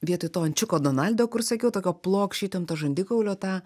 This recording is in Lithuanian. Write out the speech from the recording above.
vietoj to ančiuko donaldo kur sakiau tokio plokščio įtemto žandikaulio tą